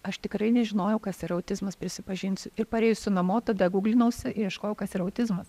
aš tikrai nežinojau kas yra autizmas prisipažinsiu ir parėjusi namo tada gūglinausi ir ieškojau kas ir autizmas